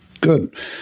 Good